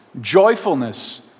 Joyfulness